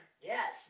Yes